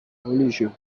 religion